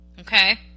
Okay